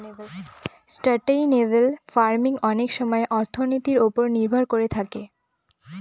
sustainable farming অনেক সময় অর্থনীতির ওপর নির্ভর করে থাকে